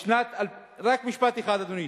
רק משפט אחד, אדוני.